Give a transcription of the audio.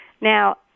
Now